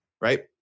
right